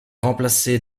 remplacé